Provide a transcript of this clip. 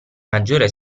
maggiore